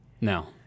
No